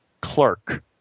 Clerk